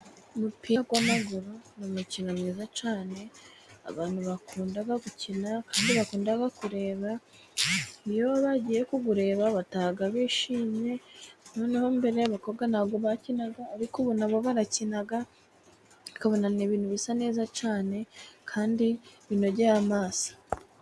Umupira w'amaguru ni umukino mwiza cyane abantu bakunda gukina, kandi bakunda kureba. Iyo bagiye kuwureba bataha bishimye, noneho mbere abakobwa nta bwo bakinaga, ariko ubu na bo barakina. Ukabona n'ibintu bisa neza cyane kandi binogeye amaso.